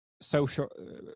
social